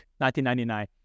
1999